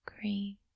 green